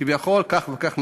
כביכול, כך וכך נקודות.